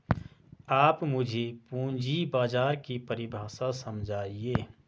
आप मुझे पूंजी बाजार की परिभाषा समझाइए